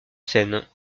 scène